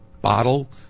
bottle